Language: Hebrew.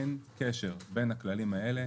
אין קשר בין הכללים האלה,